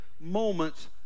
moments